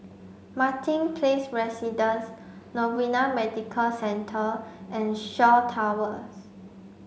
Martin Place Residences Novena Medical Centre and Shaw Towers